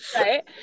Right